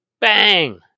Bang